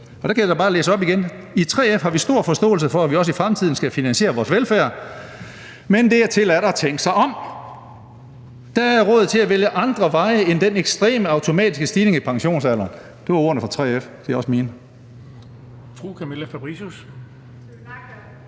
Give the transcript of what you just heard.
og der kan jeg da bare læse op igen: I 3F har vi stor forståelse for, at vi også i fremtiden skal finansiere vores velfærd, men dertil er der at tænke sig om. Der er råd til at vælge andre veje end den ekstreme automatiske stigning i pensionsalderen. Det var ordene fra 3F. Det er også mine.